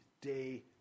day